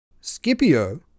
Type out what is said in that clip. Scipio